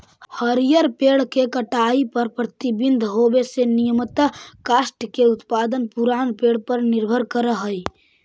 हरिअर पेड़ के कटाई पर प्रतिबन्ध होवे से नियमतः काष्ठ के उत्पादन पुरान पेड़ पर निर्भर करऽ हई